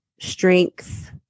strength